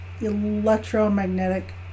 Electromagnetic